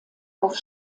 auf